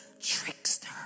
trickster